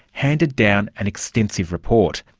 handed down an extensive report.